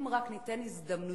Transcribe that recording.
אם רק ניתן הזדמנויות